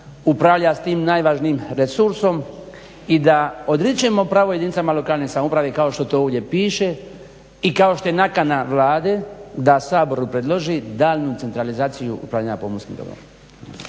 upravlja s tim najvažnijim resursom i da odričemo prava jedinicama lokalne samouprave kao što to ovdje piše i kao što je nakana Vlade da Saboru predloži daljnju centralizaciju upravljanja pomorskim dobrom.